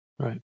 Right